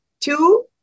two